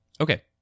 Okay